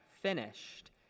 finished